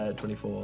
24